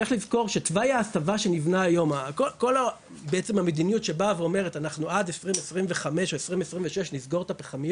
זה לקוח מדו"ח המפלס שהמשרד שלנו הוציא בשנת 2022. תחנת אורות רבין היא התחנה הכי מזהמת עם העלויות